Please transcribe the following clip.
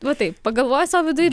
va taip pagalvoju sau viduj